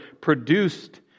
produced